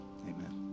amen